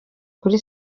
kuri